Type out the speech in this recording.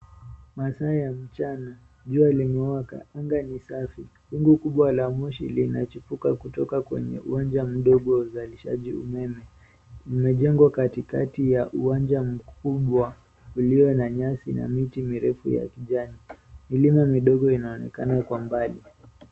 Masaa ya mchana. Jua limewaka. Anga ni safi. Wingu kubwa la moshi linachipuka kutoka kwenye uwanja mdogo wa uzalishaji umeme. Zimejengwa katikati ya uwanja mkubwa ulio na nyasi na miti mirefu ya kijani. Milima midogo inaonekana kwa mbali.